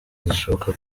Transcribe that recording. zishoboka